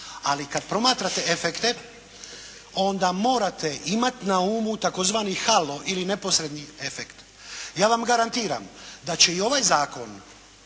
Ali kad promatrate efekte onda morate imat na umu tzv. "halo" ili neposredni efekt. Ja vam garantiram da će i ovaj zakon